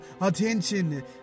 attention